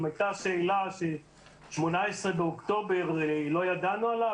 אם הייתה שאלה ש-18 באוקטובר לא ידענו עליו,